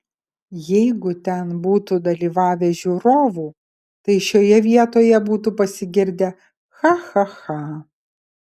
jeigu ten būtų dalyvavę žiūrovų tai šioje vietoje būtų pasigirdę cha cha cha